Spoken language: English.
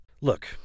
Look